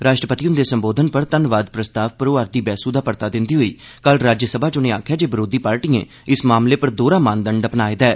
राष्ट्रपति हुंदे संबोधन पर धन्नवाद प्रस्ताव पर होआ'रदी बेहसू दा परता दिंदे होई कल राज्यसभा च उनें आक्खेआ जे विरोधी पार्टिएं इस मसले पर दोहरा मानदंड अपनाए दा ऐ